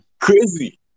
Crazy